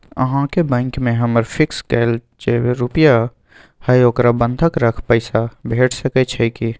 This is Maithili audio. अहाँके बैंक में हमर फिक्स कैल जे रुपिया हय ओकरा बंधक रख पैसा भेट सकै छै कि?